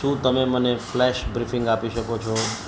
શું તમે મને ફ્લેશ બ્રીફિંગ આપી શકો છો